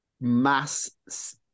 mass